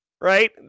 right